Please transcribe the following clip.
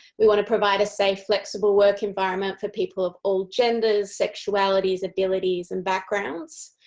we want to provide a safe, flexible work environment for people of all genders, sexualities, abilities and backgrounds.